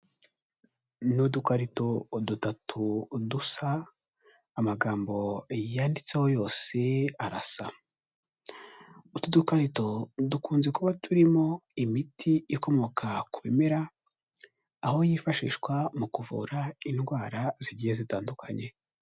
Ni udukarito dutatu dusa, amagambo yanditseho yose arasa, utu dukarito dukunze kuba turimo imiti ikomoka ku bimera, aho yifashishwa mu kuvura indwara zigiye zitandukanye.